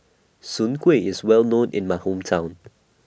Soon Kueh IS Well known in My Hometown